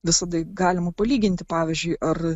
visada galima palyginti pavyzdžiui ar